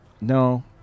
No